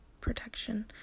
protection